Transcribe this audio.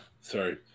sorry